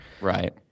Right